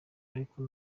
ariko